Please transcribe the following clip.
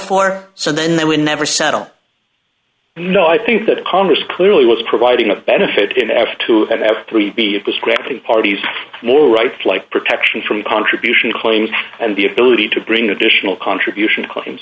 for so then they would never settle no i think that congress clearly was providing a benefit in aft to have three vehicle scrapping parties more rights like protection from contribution claims and the ability to bring additional contributions claims